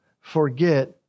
forget